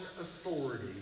authority